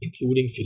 including